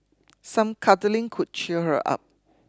some cuddling could cheer her up